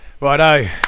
righto